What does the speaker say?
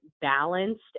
balanced